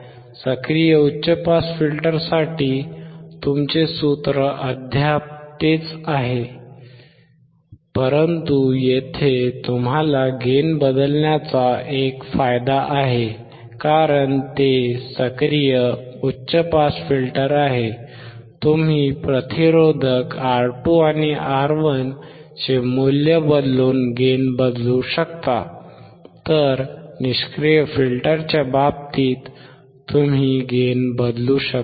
सक्रिय उच्च पास फिल्टरसाठी तुमचे सूत्र अद्याप 12πRC आहे परंतु येथे तुम्हाला गेन बदलण्याचा एक फायदा आहे कारण ते सक्रिय उच्च पास फिल्टर आहे तुम्ही प्रतिरोधक R2 आणि R1 चे मूल्य बदलून गेन बदलू शकता तर निष्क्रिय फिल्टरच्या बाबतीत तुम्ही गेन बदलू शकत नाही